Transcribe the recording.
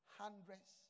hundreds